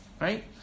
Right